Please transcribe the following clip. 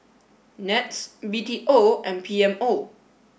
NETS B T O and P M O